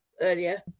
Earlier